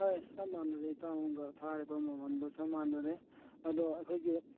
ꯑꯦ ꯆꯞ ꯃꯥꯟꯅꯔꯦ ꯏꯇꯥꯎꯒ ꯊꯥꯔꯤꯕ ꯃꯃꯟꯗꯨ ꯆꯞ ꯃꯥꯟꯅꯔꯦ ꯑꯗꯣ ꯑꯩꯈꯣꯏꯒꯤ